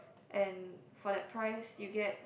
and for that price you get